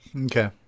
Okay